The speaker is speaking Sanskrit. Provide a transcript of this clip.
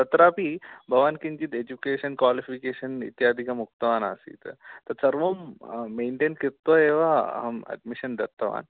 तत्रापि भवान् किञ्चित् एजुकेषन् क्वालिफि़केषन् इत्यादिकम् उक्तवानासीत् तत्सर्वं मैण्टेन् कृत्वा एव अड्मिषन् दत्तवान्